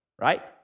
right